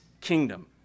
kingdom